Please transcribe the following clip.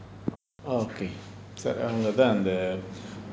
okay சரி அவங்க அதன் அந்த:sari avanga athan antha